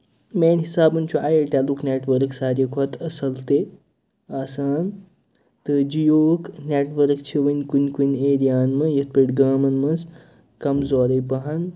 میٛانہِ حِسابہٕ چھُ اَیرٹیٚلُک نیٹ ؤرک سارِوٕے کھۄتہٕ اَصٕل تہٕ آسان تہٕ جِیوُک نیٹ ؤرٕک چھُ ؤنہِ کُنہِ کُنہِ ایریاہَن منٛز یِتھٕ پٲٹھۍ گامَن منٛز کَمزوٗرٕے پَہم